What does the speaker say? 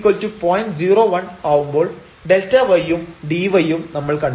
01 ആവുമ്പോൾ Δy ഉം dy ഉം നമ്മൾ കണ്ടെത്തി